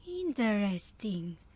Interesting